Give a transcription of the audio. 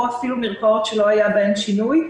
או על מרפאות שלא היה בהן שינוי.